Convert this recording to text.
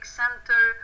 center